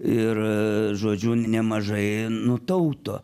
ir žodžiu nemažai nutauto